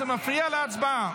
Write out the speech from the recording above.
זה מפריע להצבעה.